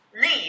leave